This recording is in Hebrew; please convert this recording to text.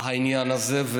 העניין הזה.